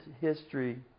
history